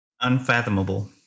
unfathomable